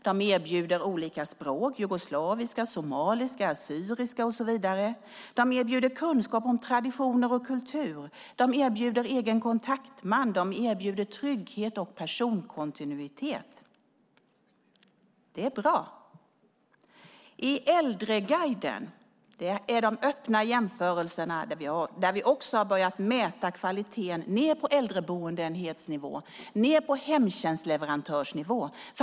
De erbjuder olika språk, till exempel jugoslaviska, somaliska, assyriska och så vidare, de erbjuder kunskaper om traditioner och kultur, de erbjuder egen kontaktman och de erbjuder trygghet och personkontinuitet. Det är bra. Äldreguiden är de öppna jämförelser där vi också har börjat mäta kvaliteten ned på äldreboendeenhetsnivå och hemtjänstleverantörsnivå.